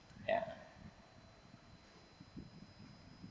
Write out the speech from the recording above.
ya